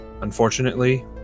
Unfortunately